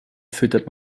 füttert